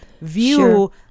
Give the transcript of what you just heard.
view